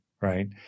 right